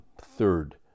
third